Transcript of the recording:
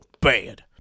bad